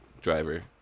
Driver